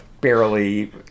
barely